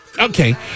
Okay